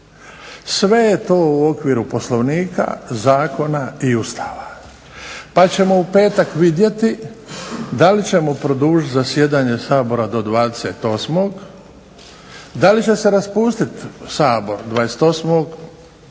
sve je to u okviru Poslovnika, zakona i Ustava, pa ćemo u petak vidjeti da li ćemo produžiti zasjedanje Sabora za 28., da li će se raspustiti Sabor 28.,